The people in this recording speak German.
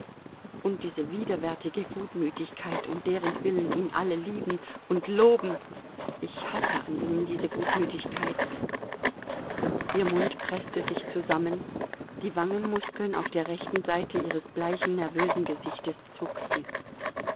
und diese widerwärtige gutmütigkeit um derentwillen ihn alle lieben und loben ich hasse an ihm diese gutmütigkeit ihr mund preßte sich zusammen die wangenmuskeln auf der rechten seite ihres bleichen nervösen gesichtes zuckten